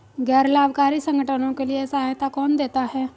गैर लाभकारी संगठनों के लिए सहायता कौन देता है?